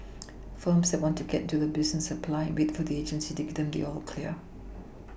firms that want to get into the business apply and wait for the agency to give them the all clear